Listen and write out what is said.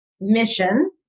mission